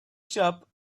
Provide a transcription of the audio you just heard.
shop